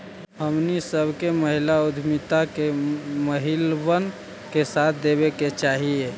हमनी सब के महिला उद्यमिता में महिलबन के साथ देबे के चाहई